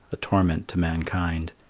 a torment to mankind.